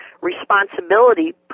responsibility